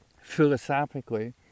philosophically